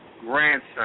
grandson